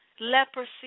Leprosy